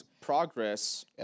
progress